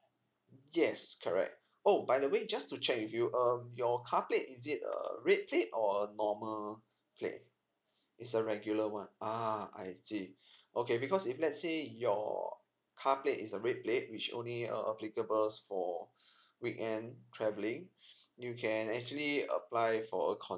yes correct oh by the way just to check with you um your car plate is it a red plate or normal plate it's a regular one uh I see okay because if let's say your car plate is a red plate which only uh applicable for weekend travelling you can actually apply for a